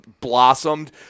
blossomed